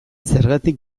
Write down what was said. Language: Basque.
zergatik